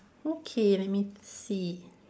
okay let me see